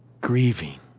grieving